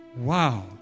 Wow